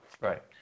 Right